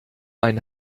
ein